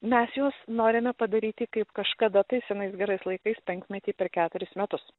mes juos norime padaryti kaip kažkada tai senais gerais laikais penkmetį per keturis metus